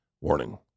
warning